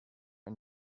and